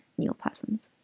neoplasms